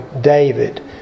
David